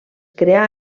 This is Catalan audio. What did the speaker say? creà